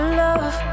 love